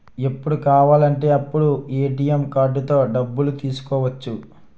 ఎప్పుడు కావాలంటే అప్పుడు ఏ.టి.ఎం కార్డుతో డబ్బులు తీసుకోవచ్చు